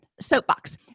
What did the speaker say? soapbox